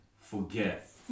forget